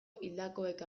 hildakoek